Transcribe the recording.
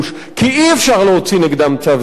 כי אי-אפשר להוציא נגדם צו גירוש.